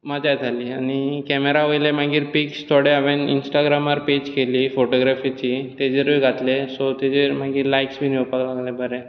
मजा येताली आनी कॅमेरा वयले मागीर पिक्स थोडे हांवेंन इन्स्टाग्रामार पॅज केल्ली फॉटोग्राफिची तेचेरूय घातलें सो तेचेर मागीर लायक्स बीन येवपाक लागले बरें